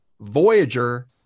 Voyager